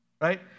right